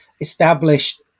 established